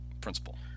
principle